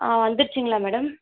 ஆ வந்துடுச்சுங்களா மேடம்